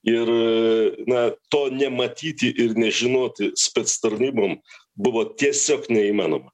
ir na to nematyti ir nežinoti spec tarnybom buvo tiesiog neįmanoma